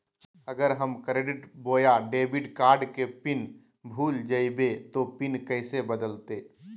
अगर हम क्रेडिट बोया डेबिट कॉर्ड के पिन भूल जइबे तो पिन कैसे बदलते?